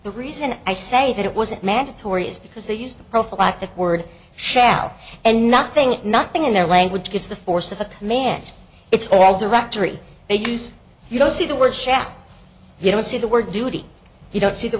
the reason i say that it wasn't mandatory is because they used the prophylactic word shall and nothing nothing in their language gives the force of a command it's all directory they use you don't see the word shall you don't see the word duty you don't see the